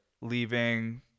leaving